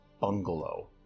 bungalow